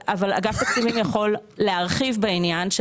אבל אגף התקציבים יכול להרחיב בעניין.